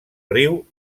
riu